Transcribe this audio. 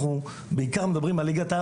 אנחנו בעיקר מדברים על ליגת העל.